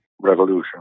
Revolution